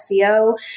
SEO